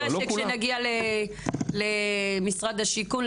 ואני מבטיחה שכשנגיע למשרד השיכון,